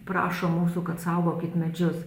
prašo mūsų kad saugokit medžius